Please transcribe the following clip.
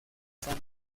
san